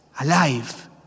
alive